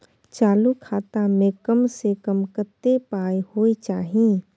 चालू खाता में कम से कम कत्ते पाई होय चाही?